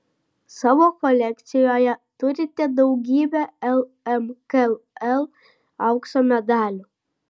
savo kolekcijoje turite daugybę lmkl aukso medalių